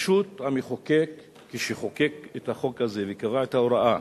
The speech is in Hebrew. פשוט המחוקק, כשחוקק את החוק הזה, וקבע את ההוראה